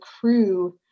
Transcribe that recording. crew